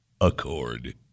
accord